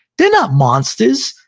they're not monsters,